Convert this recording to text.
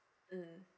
mm